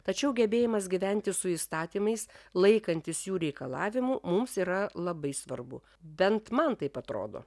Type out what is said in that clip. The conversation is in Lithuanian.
tačiau gebėjimas gyventi su įstatymais laikantis jų reikalavimų mums yra labai svarbu bent man taip atrodo